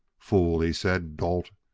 fool! he said. dolt!